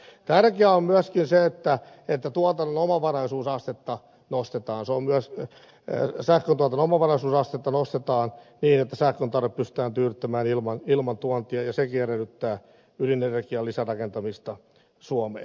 tärkeää on myöskin se että sähköntuotannon omavaraisuusastetta nostetaan niin että sähkön tarve pystytään tyydyttämään ilman tuontia ja sekin edellyttää ydinenergian lisärakentamista suomeen